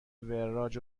وراج